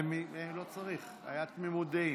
לא צריך, הייתה תמימות דעים.